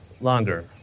longer